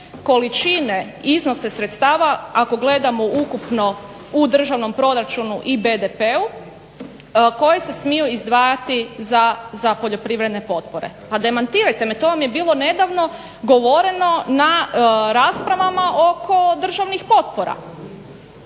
količine, iznose sredstava ako gledamo ukupno u državnom proračunu i BDP-u koji se smiju izdvajati za poljoprivredne potpore. Pa demantirajte me. To vam je bilo nedavno govoreno na raspravama oko državnih potpora.